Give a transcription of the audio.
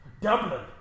Dublin